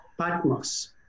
Patmos